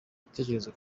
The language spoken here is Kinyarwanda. ibitekerezo